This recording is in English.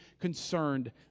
concerned